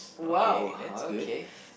!wow! okay